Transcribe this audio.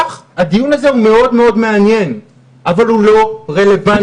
כך הדיון הזה מאוד מעניין אבל הוא לא רלוונטי,